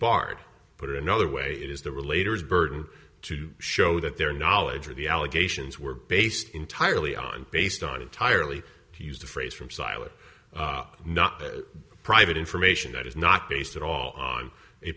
barred put it another way it is the relator is burden to show that their knowledge of the allegations were based entirely on based on entirely he used a phrase from silent not private information that is not based at all on a